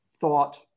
thought